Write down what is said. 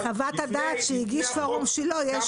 בחוות הדעת שהגיש פורום שילה יש